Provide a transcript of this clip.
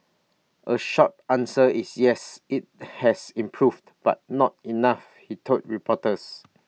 A short answer is yes IT has improved but not enough he told reporters